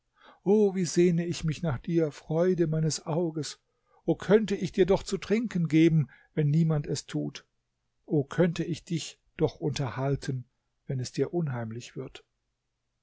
o wie sehne ich mich nach dir freude meines auges o könnte ich dir doch zu trinken geben wenn niemand es tut o könnte ich dich doch unterhalten wenn es dir unheimlich wird